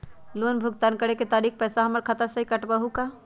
Loan भुगतान करे के खातिर पैसा हमर खाता में से ही काटबहु का?